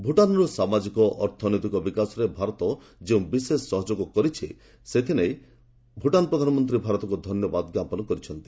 ଭୂଟାନର ସାମାଜିକ ଅର୍ଥନୈତିକ ବିକାଶରେ ଭାରତ ଯେଉଁ ବିଶେଷ ସହଯୋଗ କରିଛି ସେ ନେଇ ଭୁଟାନ୍ ପ୍ରଧାନମନ୍ତ୍ରୀ ଭାରତକୁ ଧନ୍ୟବାଦ ଜ୍ଞାପନ କରିଛନ୍ତି